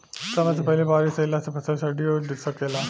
समय से पहिले बारिस अइला से फसल सडिओ सकेला